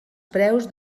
preus